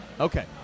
Okay